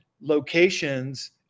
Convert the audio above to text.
locations